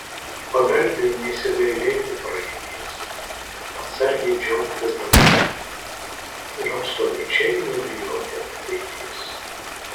pagarbiai nesigailėti praeities atsargiai džiaugtis dabartimi ir absoliučiai nebijoti ateities